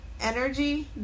energy